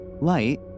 light